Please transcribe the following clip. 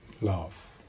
love